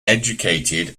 educated